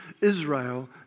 Israel